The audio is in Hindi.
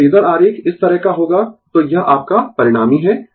तो फेजर आरेख इस तरह का होगा तो यह आपका परिणामी है